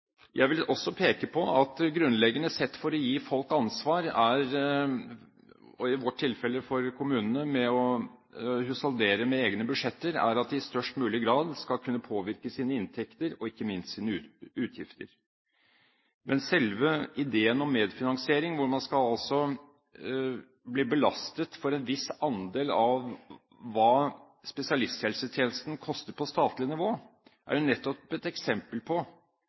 Jeg vil peke på at det som er grunnleggende for å gi folk – i vårt tilfelle kommunene – ansvar for å husholdere med egne budsjetter, er at de i størst mulig grad skal kunne påvirke sine inntekter og ikke minst sine utgifter. Men selve ideen om medfinansiering, hvor man altså skal bli belastet for en viss andel av hva spesialisthelsetjenesten koster på statlig nivå, er jo nettopp et eksempel på